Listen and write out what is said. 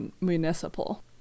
municipal